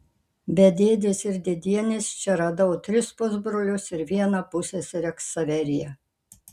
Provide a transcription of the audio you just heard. be dėdės ir dėdienės čia radau tris pusbrolius ir vieną pusseserę ksaveriją